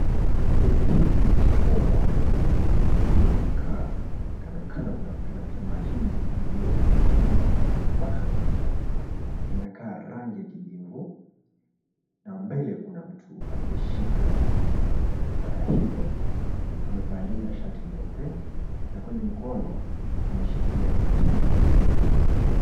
Viazi hivi vya kuchomwa vilivyowekwa kwenye juu ya makaa, kando kando kunaonekana pia mahindi iliyowekwa juu kupashwa moto. Vinakaa rangi ya kijivu na mbele kuna mtu aliyeshika waya hilo, amevalia shati nyeupe, na kwenye mkono ameshikia kitu jeupe.